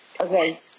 Okay